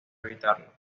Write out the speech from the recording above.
evitarlo